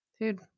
Dude